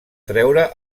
treure